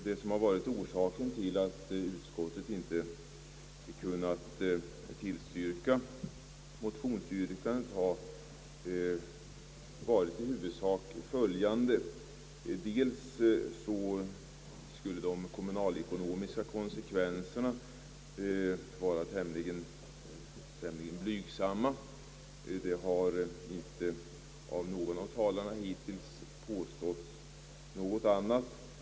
Det som varit orsaken till att utskottet inte kunnat tillstyrka motionsyrkandet har i huvudsak varit följande: De kommunalekonomiska konsekvenserna skulle vara tämligen blygsamma. Ingen av talarna har hittills påstått något annat.